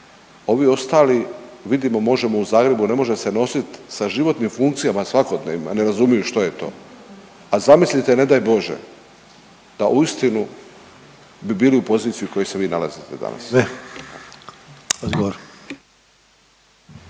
ovi ostali, vidimo Možemo! u Zagrebu, ne može se nositi sa životnim funkcijama svakodnevnima, ne razumiju što je to, a zamislite, ne daj Bože, da uistinu bi bili u poziciji u kojoj se vi nalazite danas.